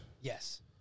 Yes